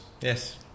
Yes